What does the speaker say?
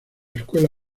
escuela